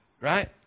right